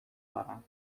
دارم